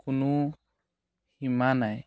কোনো সীমা নাই